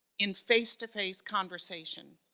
in face-to-face conversation.